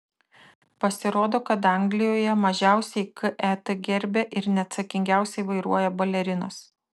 pasirodo kad anglijoje mažiausiai ket gerbia ir neatsakingiausiai vairuoja balerinos